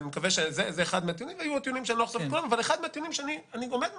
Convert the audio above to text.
זה היה אחד מהטיעונים, שאני עומד מאחוריו,